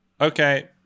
Okay